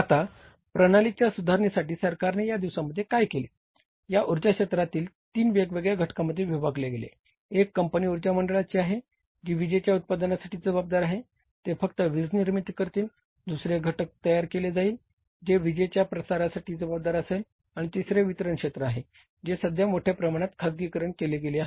आता प्रणालींच्या सुधारणेसाठी सरकारने या दिवसांमध्ये काय केले या उर्जा क्षेत्राला तीन वेगवेगळ्या घटकांमध्ये विभागले गेले एक कंपनी उर्जा मंडळाची आहे जी विजेच्या उत्पादनासाठी जबाबदार आहे ते फक्त वीजनिर्मिती करतील आणि दुसरे घटक तयार केले जाईल जे विजेच्या प्रसारासाठी जबाबदार असेल आणि तिसरे वितरण क्षेत्र आहे ज्याचे सध्या मोठ्या प्रमाणात खाजगीकरण केले गेले आहे